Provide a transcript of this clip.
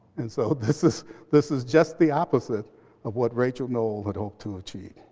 and so this is this is just the opposite of what rachel noel had hoped to achieve.